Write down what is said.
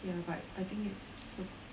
ya but I think it's so